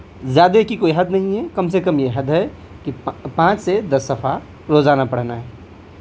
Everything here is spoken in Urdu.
زیادہ کی کوئی حد نہیں ہے کم سے کم یہ حد ہے کہ پانچ سے دس صفحہ روزانہ پڑھنا ہے